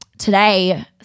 today